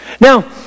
Now